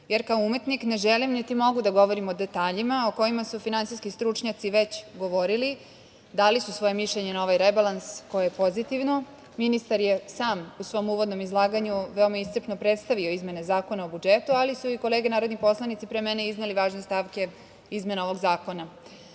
jer kao umetnik ne želim, niti mogu da govorim o detaljima o kojima su finansijski stručnjaci već govorili, dali su svoje mišljenje na ovaj rebalans, koje je pozitivno. Ministar je sam u svom uvodnom izlaganju veoma iscrpno predstavio izmene Zakona o budžetu, ali su i kolege narodni poslanici pre mene izneli važne stavke izmene ovog zakona.U